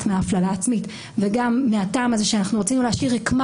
מהפללה עצמית וגם מהטעם הזה שאנחנו רוצים להשאיר רקמה